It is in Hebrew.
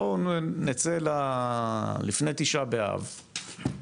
לפני תשעה באב,